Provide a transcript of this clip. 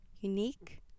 unique